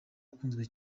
ukunzwe